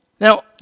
Now